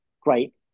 great